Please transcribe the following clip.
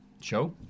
show